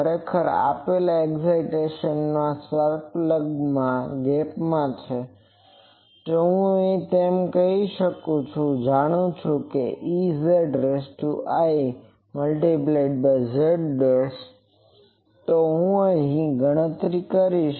ખરેખર આપેલ excitation spark ગેપમાંથી છે જો તમે કહો છો કે હું જાણું છું કે Eziz શું છે તો હું ગણતરી કરીશ